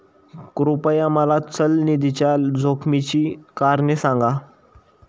कृपया मला चल निधीच्या जोखमीची कारणे सांगा